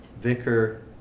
vicar